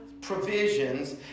Provisions